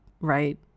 right